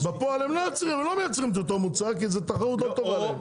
בפועל הם לא מייצרים את אותו מוצר כי זה תחרות לא טובה להם,